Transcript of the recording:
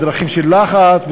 בדרכים של לחץ,